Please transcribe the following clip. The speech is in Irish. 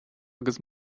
agus